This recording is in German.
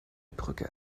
brücke